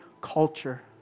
culture